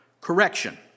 correction